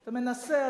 אתה מנסה,